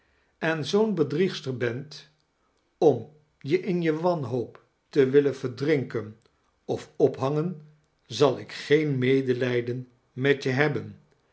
en zoo'n bedriegster bent om je in je wanhoop te willen verdrinken of opcharles dickens bangen zal ik geen medelijden met je hebben